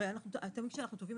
הרי כשאנחנו תובעים,